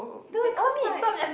no cause like